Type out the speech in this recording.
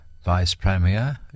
Vice-Premier